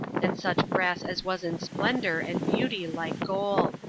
and such brass as was in splendor and beauty like gold.